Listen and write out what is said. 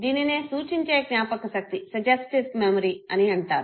దీనినే సూచించే జ్ఞాపక శక్తి అని అంటారు